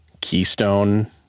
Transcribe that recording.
Keystone